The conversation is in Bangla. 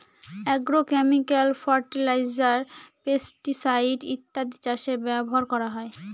আগ্রোক্যামিকাল ফার্টিলাইজার, পেস্টিসাইড ইত্যাদি চাষে ব্যবহার করা হয়